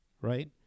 right